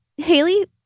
Haley